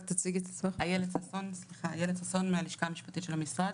אני מהלשכה המשפטית של המשרד.